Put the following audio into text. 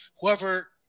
Whoever